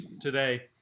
today